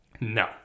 No